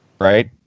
Right